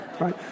right